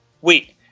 wait